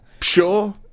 sure